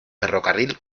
ferrocarril